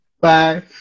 bye